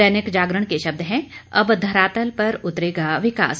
दैनिक जागरण के शब्द हैं अब धरातल पर उतरेगा विकास